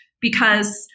Because-